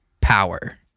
power